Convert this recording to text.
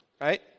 right